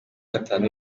gatanu